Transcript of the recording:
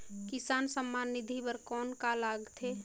किसान सम्मान निधि बर कौन का लगथे?